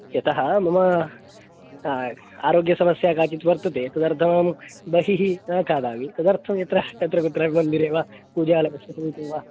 यतः मम आरोग्यसमस्या काचित् वर्तते तदर्तं बहिः न खादामि तदर्थं यत्र यत्रकुत्रापि मन्दिरे वा पूजालयसमीपे वा